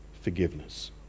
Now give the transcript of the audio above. forgiveness